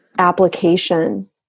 application